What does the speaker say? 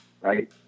right